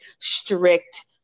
strict